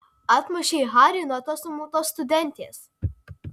atmušei harį nuo tos sumautos studentės